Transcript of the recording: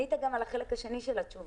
ענית גם על החלק השני של התשובה,